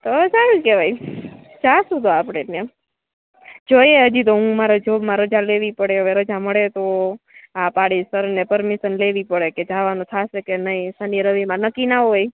તો સારું કહેવાય જઈશું તો આપણે તો એમ જોઈએ હજી તો હું મારા જોબમાં રજા લેવી પડે હવે રજા મળે તો હા પાડી શરને પરમીશન લેવી પડે કે જાવાનું થશે કે નહીં શનિ રવિમાં નક્કી ના હોય